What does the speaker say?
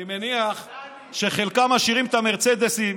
אני מניח שחלקם משאירים את המרצדסים